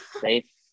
safe